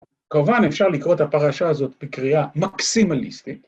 כמובן אפשר לקרוא את הפרשה הזאת, בקריאה מקסימליסטית.